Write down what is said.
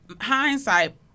hindsight